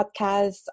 Podcast